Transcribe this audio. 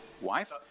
wife